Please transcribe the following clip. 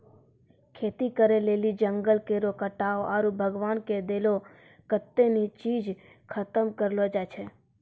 खेती करै लेली जंगल केरो कटाय आरू भगवान के देलो कत्तै ने चीज के खतम करलो जाय छै